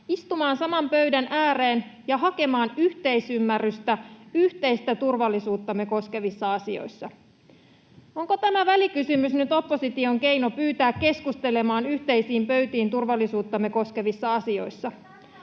istumaan saman pöydän ääreen ja hakemaan yhteisymmärrystä yhteistä turvallisuuttamme koskevissa asioissa. Onko tämä välikysymys nyt opposition keino pyytää keskustelemaan yhteisiin pöytiin turvallisuuttamme koskevissa asioissa?